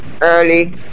early